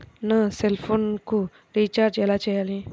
నా సెల్ఫోన్కు రీచార్జ్ ఎలా చేయాలి?